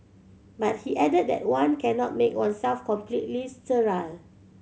but he added that one cannot make oneself completely sterile